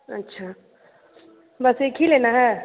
अच्छा बस एक ही लेना है